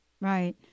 right